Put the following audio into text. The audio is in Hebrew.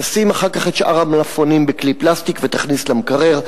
תשים אחר כך את שאר המלפפונים בכלי פלסטיק ותכניס למקרר.